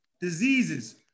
diseases